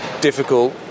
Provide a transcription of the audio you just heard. difficult